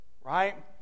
right